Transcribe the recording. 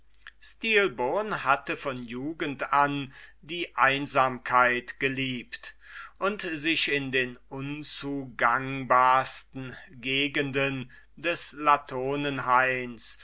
stilbon hatte von jugend an die einsamkeit geliebt und sich in den unzugangbarsten gegenden des